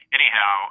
anyhow